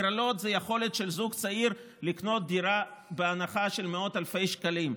הגרלות זה יכולת של זוג צעיר לקנות דירה בהנחה של מאות אלפי שקלים.